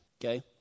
okay